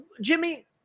Jimmy